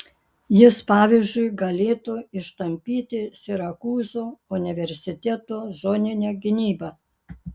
jis pavyzdžiui galėtų ištampyti sirakūzų universiteto zoninę gynybą